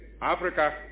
Africa